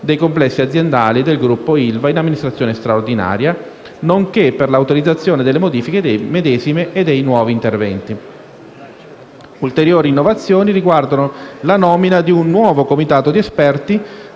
dei complessi aziendali del Gruppo ILVA in amministrazione straordinaria, nonché per l'autorizzazione delle modifiche medesime e dei nuovi interventi. Ulteriori innovazioni riguardano la nomina di un nuovo comitato di esperti,